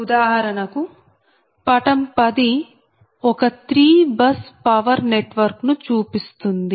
ఉదాహరణకు పటం 10 ఒక 3 బస్ పవర్ నెట్వర్క్ ను చూపిస్తుంది